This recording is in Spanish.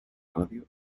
radio